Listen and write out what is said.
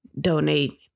donate